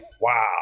Wow